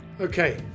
Okay